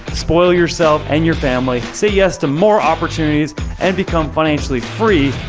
spoil yourself and your family, say yes to more opportunities and become financially free.